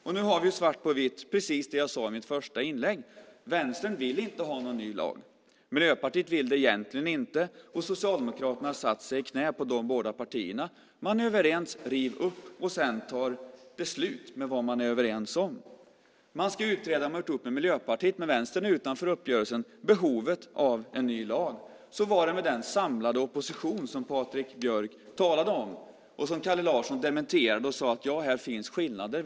Och nu har vi svart på vitt precis det jag sade i mitt första inlägg: Vänstern vill inte ha någon ny lag, Miljöpartiet vill det egentligen inte, och Socialdemokraterna har satt sig i knät på de båda partierna. Man är överens: Riv upp! Sedan ska man ta beslut om vad man är överens om. Man ska utreda - man har gjort upp med Miljöpartiet, men Vänstern är utanför uppgörelsen - behovet av en ny lag. Så var det med den samlade opposition som Patrik Björck talade om, varefter Kalle Larsson dementerade och sade: Ja, här finns skillnader.